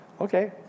okay